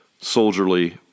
soldierly